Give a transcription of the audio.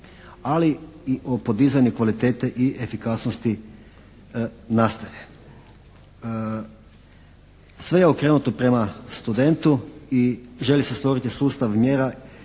ali i o podizanju kvalitete i efikasnosti nastave. Sve je okrenuto prema studentu i želi se stvoriti sustav mjera